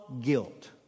guilt